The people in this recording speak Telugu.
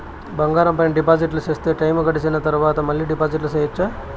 బంగారం పైన డిపాజిట్లు సేస్తే, టైము గడిసిన తరవాత, మళ్ళీ డిపాజిట్లు సెయొచ్చా?